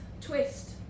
twist